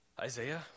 Isaiah